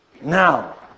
Now